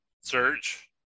Search